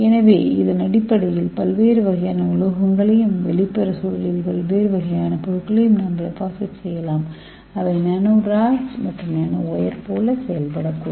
எனவே அதன் அடிப்படையில் பல்வேறு வகையான உலோகங்களையும் வெளிப்புற சூழலில் மற்றொரு வகையான பொருட்களையும் நாம் டெபாசிட் செய்யலாம் அவை நானோ ராட்ஸ் மற்றும் நானோஒயர் போல செயல்படக்கூடும்